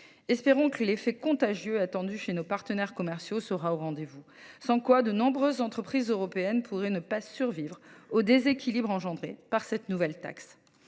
Espérons que l’effet contagieux attendu chez nos partenaires commerciaux sera au rendez-vous. À défaut, de nombreuses entreprises européennes pourraient ne pas survivre au déséquilibre qu’entraînera cette nouvelle taxe.